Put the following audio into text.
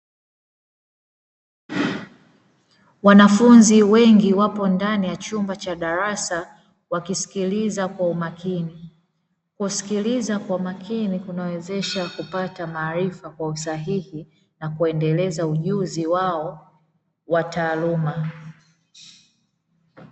Wanafunzi wengi wapo ndani ya chumba cha darasa wakisikiliza kwa umakini, kusikiliza kwa umakini kunawawezesha kupata maarifa kwa usahihi na kuendeleza ujuzi wao wa taaluma.